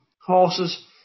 horses